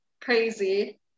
crazy